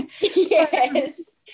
yes